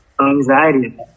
anxiety